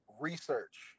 research